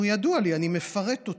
ידוע לי, אני מפרט אותה.